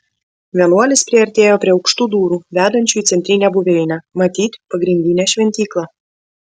vienuolis priartėjo prie aukštų durų vedančių į centrinę buveinę matyt pagrindinę šventyklą